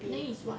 then is what